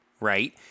right